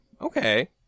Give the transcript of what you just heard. Okay